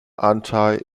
anteil